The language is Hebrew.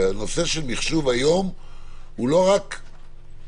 והנושא של מחשוב היום הוא לא פינוק,